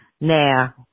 Now